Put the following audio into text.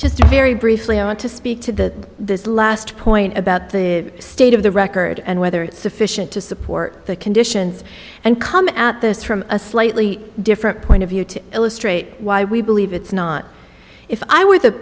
just very briefly i want to speak to this last point about the state of the record and whether it's sufficient to support the conditions and come at this from a slightly different point of view to illustrate why we believe it's not if i w